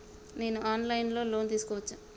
నేను online లో loan తీసుకోవచ్చా?